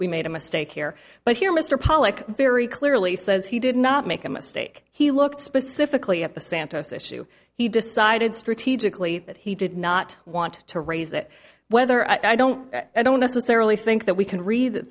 we made a mistake here but here mr pollack very clearly says he did not make a mistake he looked specifically at the santos issue he decided strategically that he did not want to raise that whether i don't i don't necessarily think that we can read that